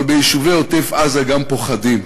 אבל ביישובי עוטף-עזה גם פוחדים.